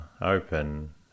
open